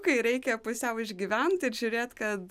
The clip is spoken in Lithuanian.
kai reikia pusiau išgyvent ir žiūrėt kad